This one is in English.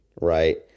right